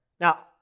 Now